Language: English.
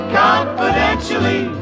confidentially